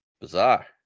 bizarre